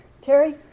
Terry